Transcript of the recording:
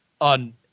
on